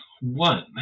One